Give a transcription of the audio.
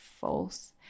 false